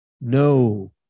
No